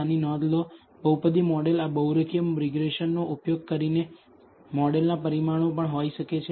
આની નોંધ લો બહુપદી મોડેલ આ બહુરેખીય રીગ્રેસનનો ઉપયોગ કરીને મોડેલના પરિમાણો પણ હોઈ શકે છે